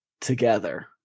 together